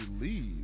leave